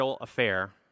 affair